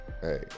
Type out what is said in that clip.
Hey